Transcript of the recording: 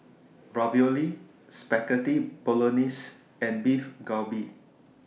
Ravioli Spaghetti Bolognese and Beef Galbi